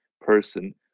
person